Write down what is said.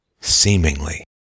seemingly